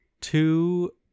two